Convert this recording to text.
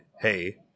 hey